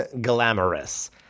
glamorous